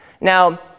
Now